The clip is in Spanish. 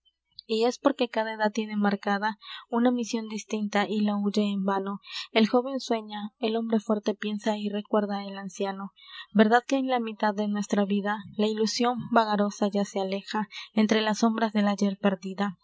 y es porque cada edad tiene marcada una mision distinta y la huye en vano el jóven sueña el hombre fuerte piensa y recuerda el anciano verdad que en la mitad de nuestra vida la ilusion vagarosa ya se aleja entre las sombras del ayer perdida